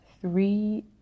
three